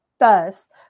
first